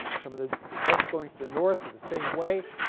some of the books going to the north were the same way,